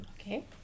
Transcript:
Okay